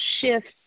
shifts